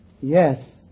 Yes